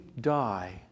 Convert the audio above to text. die